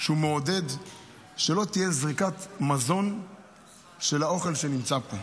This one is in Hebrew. הוא מעודד שלא תהיה זריקת מזון של האוכל שנמצא פה.